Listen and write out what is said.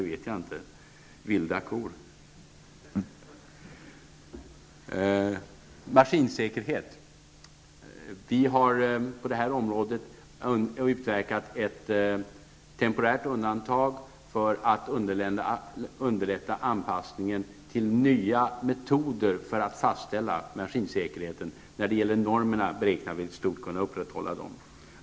Angående maskinsäkerhet vill jag säga att vi på det området utverkat ett temporärt undantag för att underlätta anpassningen till nya metoder för att fastställa maskinsäkerhet. När det gäller normerna beräknar vi att i stort kunna behålla dem.